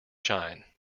shine